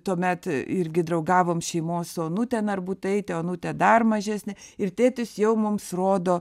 tuomet irgi draugavom šeimos su onute narbutaite onutė dar mažesnė ir tėtis jau mums rodo